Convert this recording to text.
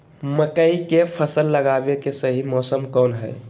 मकई के फसल लगावे के सही मौसम कौन हाय?